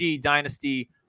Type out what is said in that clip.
Dynasty